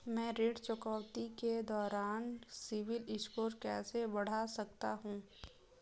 मैं ऋण चुकौती के दौरान सिबिल स्कोर कैसे बढ़ा सकता हूं?